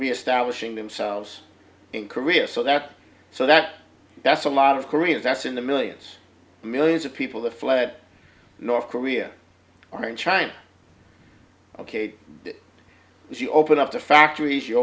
reestablishing themselves in korea so that so that that's a lot of koreans that's in the millions millions of people that fled north korea or in china ok if you open up the factories you